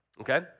Okay